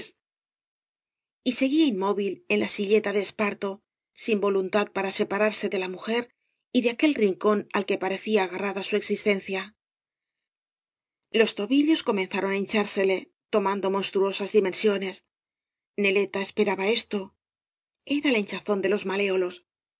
t seguía inmóvil en la silleta de esparto sie toluotad para separarse de la mujer y de aquel rincón al que parecía agarrada su existencia los tobillos comenzaron á hinchársele tomando monstruosas dimensiones neleta esperaba esto oañas y barro era la hinchazón de lo maleólos